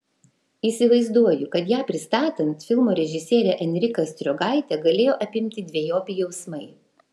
įsivaizduoju kad ją pristatant filmo režisierę enriką striogaitę galėjo apimti dvejopi jausmai